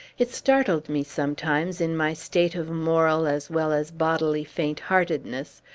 it startled me sometimes, in my state of moral as well as bodily faint-heartedness,